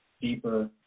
deeper